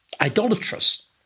idolatrous